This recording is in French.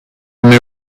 mets